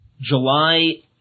July